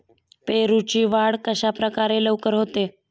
पेरूची वाढ कशाप्रकारे लवकर होते?